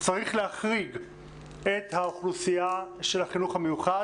צריך להחריג את האוכלוסייה של החינוך המיוחד.